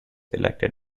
elected